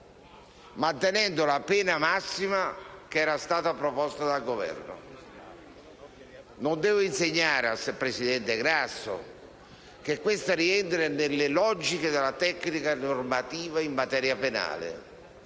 mantenendo la pena massima che era stata proposta dal Governo. Non devo insegnare al presidente Grasso che questo rientra nelle logiche della tecnica normativa in materia penale,